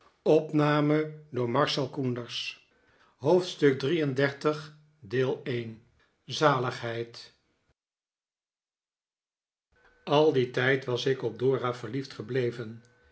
zaligheid al dien tijd was ik op dora verliefd gebleven